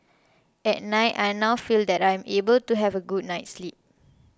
at night I now feel that I am able to have a good night's sleep